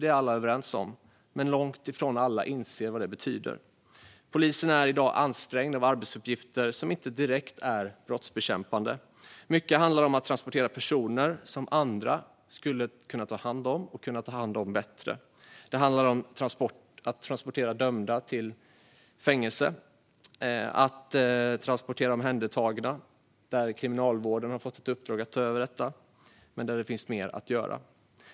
Det är alla överens om, men långt ifrån alla inser vad det betyder. Polisen är i dag ansträngd av arbetsuppgifter som inte direkt är brottsbekämpande. Mycket handlar om att transportera personer som andra skulle kunna ta hand om - och ta hand om bättre. Det handlar om att transportera dömda till fängelse och om att transportera omhändertagna. Kriminalvården har fått i uppdrag att ta över detta, men det finns mer att göra.